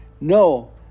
No